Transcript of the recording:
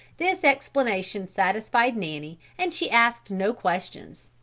this explanation satisfied nanny and she asked no questions.